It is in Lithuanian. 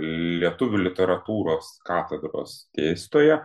lietuvių literatūros katedros dėstytoją